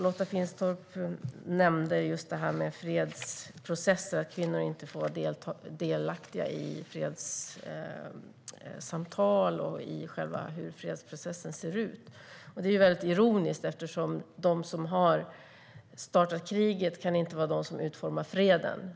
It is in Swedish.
Lotta Finstorp nämnde att kvinnor inte får vara delaktiga i fredssamtal och i fredsprocessen. Det är ju väldigt ironiskt eftersom de som har startat kriget inte kan vara de som utformar freden.